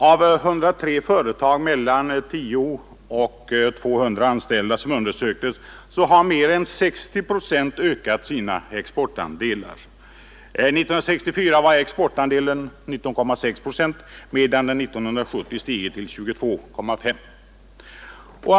Av 103 undersökta företag med 10—200 anställda har mer än 60 procent ökat sina exportandelar. 1964 var exportandelen 19,6 procent, medan den 1970 stigit till 22,5 procent.